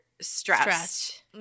stressed